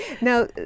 Now